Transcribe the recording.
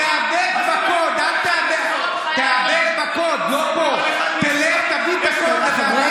תעבד את הקוד, לא פה, תלך, תביא את הקוד, חברי